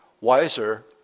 wiser